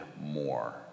more